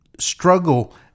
Struggle